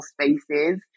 spaces